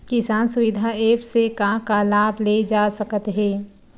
किसान सुविधा एप्प से का का लाभ ले जा सकत हे?